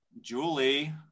Julie